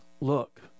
Look